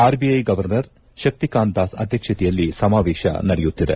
RBI governor Shaktikanta Das ಅಧ್ಯಕ್ಷತೆಯಲ್ಲಿ ಸಮಾವೇಶ ನಡೆಯುತ್ತಿದೆ